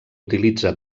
utilitza